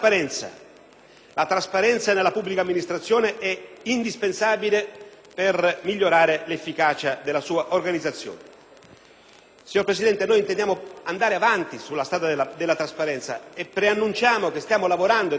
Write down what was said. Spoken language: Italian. in Aula) nella pubblica amministrazione, principio indispensabile per migliorare l'efficacia della sua organizzazione. Signor Presidente, intendiamo proseguire sulla strada della trasparenza e preannuncio che stiamo lavorando - è già pronto,